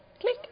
click